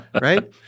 right